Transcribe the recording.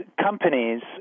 companies